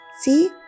See